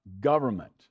government